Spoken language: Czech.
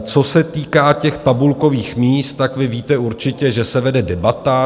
Co se týká tabulkových míst, vy víte určitě, že se vede debata.